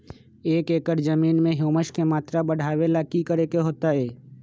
एक एकड़ जमीन में ह्यूमस के मात्रा बढ़ावे ला की करे के होतई?